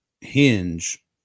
hinge